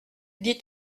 dit